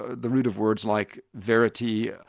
ah the root of words like verity,